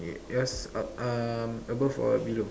okay yours up uh above or below